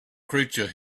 creature